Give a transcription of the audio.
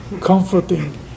comforting